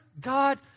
God